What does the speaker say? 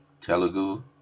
Telugu